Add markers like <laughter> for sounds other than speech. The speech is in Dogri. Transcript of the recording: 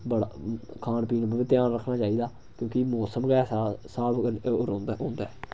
बड़ा खान पीन दा बी ध्यान रक्खना चाहिदा क्योंकि मोसम गै ऐसा स्हाब <unintelligible> होंदा ऐ